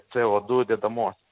co du dedamos